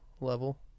level